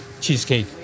cheesecake